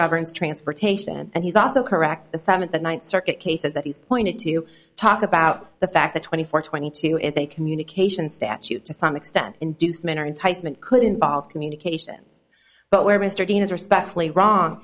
governs transportation and he's also correct that some of the ninth circuit cases that he's pointed to you talk about the fact that twenty four twenty two is a communication statute to some extent inducement or enticement could involve communication but where mr dean is respectfully wrong